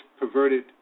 perverted